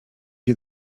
wie